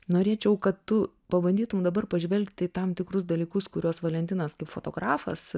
norėčiau kad tu pabandytum dabar pažvelgti į tam tikrus dalykus kuriuos valentinas kaip fotografas